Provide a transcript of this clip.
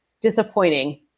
disappointing